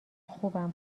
خوبم